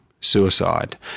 suicide